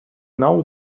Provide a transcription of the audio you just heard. now